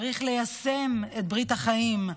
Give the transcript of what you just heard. צריך ליישם את ברית החיים,